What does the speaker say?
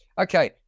Okay